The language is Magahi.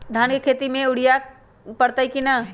धान के खेती में यूरिया परतइ कि न?